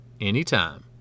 anytime